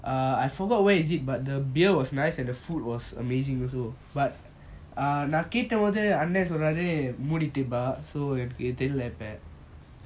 uh I forgot where is it but the beer was nice and the food was amazing also but uh நான் கேட்ட போது அன்னான் சொன்னாரு மூடிட்டு வா:naan keata bothu annan sonnaru mooditu vaa so என்னக்கு தெரில இப்ப:ennaku terila ipa